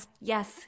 Yes